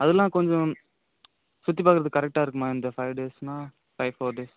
அதெலாம் கொஞ்சம் சுற்றிப் பார்க்கறதுக்கு கரெக்டாக இருக்குமா இந்த ஃபைவ் டேஸ்ன்னா ஃபைவ் ஃபோர் டேஸ்